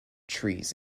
trees